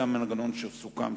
זה המנגנון שסוכם,